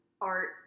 art